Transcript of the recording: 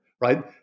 right